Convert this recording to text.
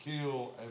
kill